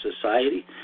society